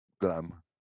glam